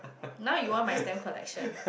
now you want my stamp collection